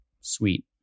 Sweet